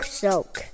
soak